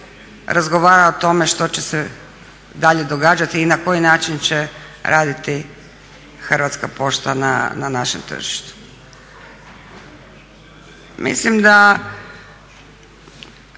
razgovara o tome što će se dalje događati i na koji način će raditi Hrvatska pošta na našem tržištu. Mislim da